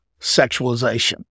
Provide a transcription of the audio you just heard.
sexualization